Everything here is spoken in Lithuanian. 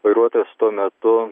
vairuotojas tuo metu